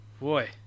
boy